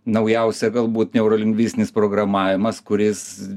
naujausia galbūt neurolingvistinis programavimas kuris